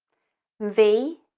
v.